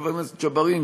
חבר הכנסת ג'בארין,